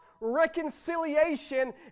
reconciliation